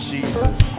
Jesus